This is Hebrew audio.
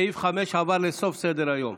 סעיף 5 עבר לסוף סדר-היום,